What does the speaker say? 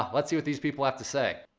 ah let's see what these people have to say.